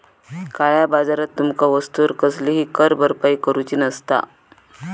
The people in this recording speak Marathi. काळया बाजारात तुमका वस्तूवर कसलीही कर भरपाई करूची नसता